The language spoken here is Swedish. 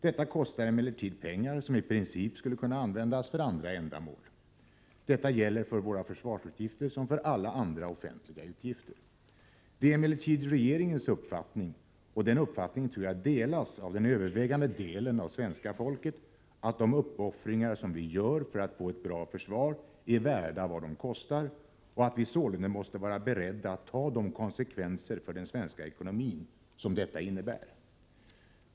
Detta kostar emellertid pengar som i princip skulle kunna användas för andra ändamål. Detta gäller för våra försvarsutgifter som för alla andra offentliga utgifter. Det är emellertid regeringens uppfattning — och den uppfattningen tror jag delas av den övervägande delen av svenska folket — att de uppoffringar som vi gör för att få ett bra försvar är värda vad de kostar och att vi sålunda måste vara beredda att ta de konsekvenser för den svenska ekonomin som detta innebär.